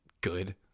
good